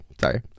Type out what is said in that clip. sorry